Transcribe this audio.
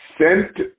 sent